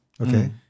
Okay